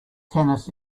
tennis